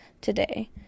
today